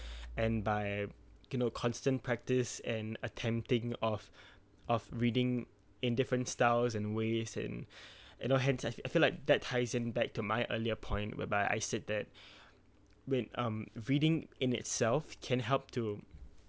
and by can know constant practice and attempting of of reading in different styles and ways in you know hence I I feel like that ties in back to my earlier point whereby I said that when um reading in itself can help to